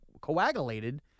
coagulated